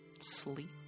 sleep